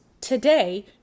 Today